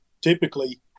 typically